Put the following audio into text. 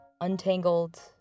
untangled